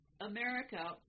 America